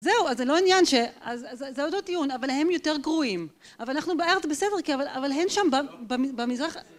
זהו, אז זה לא עניין, זה עוד לא טיעון, אבל הם יותר גרועים, אבל אנחנו בארץ בסדר כן, אבל הן שם במזרח...